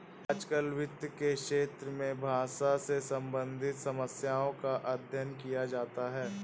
आजकल वित्त के क्षेत्र में भाषा से सम्बन्धित समस्याओं का अध्ययन किया जाता है